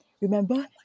Remember